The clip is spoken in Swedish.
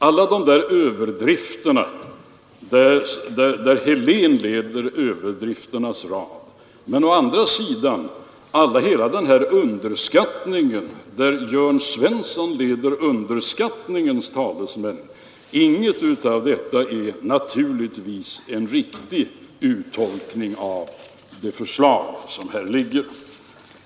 Alla de här överdrifterna, där herr Helén leder överdrifternas rad av talare, och å andra sidan hela den här underskattningen, där Jörn Svensson leder underskattningens talesmän — ingen är naturligtvis riktig uttolkning av det förslag som föreligger.